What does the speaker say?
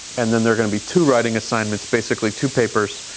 and then they're going to be two writing assignments, basically two papers,